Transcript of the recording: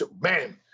man